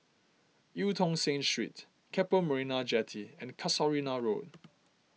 Eu Tong Sen Street Keppel Marina Jetty and Casuarina Road